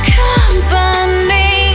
company